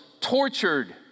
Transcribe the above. tortured